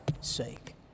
sake